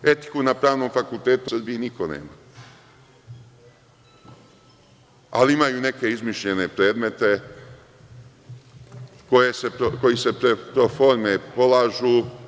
Etiku na Pravnom fakultetu, mislim u Srbiji niko nema, ali, imaju neke izmišljene predmete koji se proforme polažu.